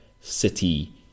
city